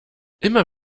immer